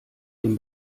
dem